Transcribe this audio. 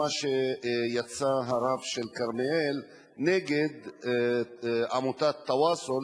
הרב של כרמיאל יצא נגד עמותת "תוואסול",